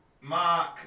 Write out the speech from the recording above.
Mark